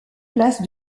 place